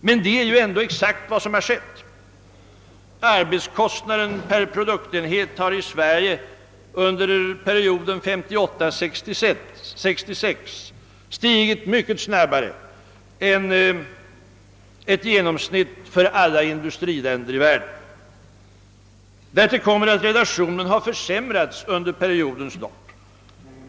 Men det är ändå exakt vad som har skett. Arbetskostnaden per produktenhet har i Sverige under perioden 1958—1966 stigit mycket hastigare än ett genomsnitt för alla industriländer i världen. Därtill kommer att relationen har försämrats under periodens lopp.